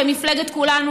כמפלגת כולנו,